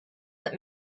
that